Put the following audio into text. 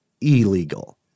illegal